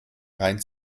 rein